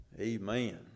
Amen